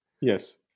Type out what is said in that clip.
Yes